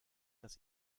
das